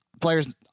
players